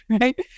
right